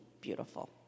beautiful